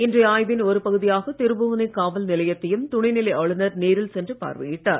இன்றைய ஆய்வின் ஒரு பகுதியாக திருபுவனை காவல் நிலையத்தையும் துணைநிலை ஆளுநர் நேரில் சென்று பார்வையிட்டார்